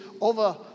over